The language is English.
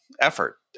effort